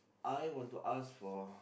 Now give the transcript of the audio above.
I want to ask for